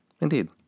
Indeed